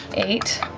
eight.